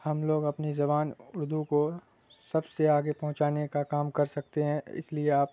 ہم لوگ اپنی زبان اردو کو سب سے آگے پہنچانے کا کام کر سکتے ہیں اس لیے آپ